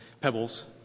pebbles